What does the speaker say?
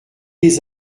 les